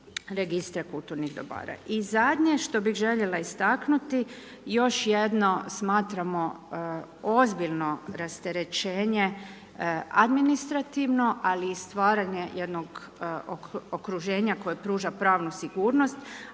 registra kulturnih dobara. I zadnje što bi željela istaknuti, još jednom, smatramo ozbiljno rasterećenje, administrativno, ali i stvaranje jednog okruženja, koja pruža pravnu sigurnost,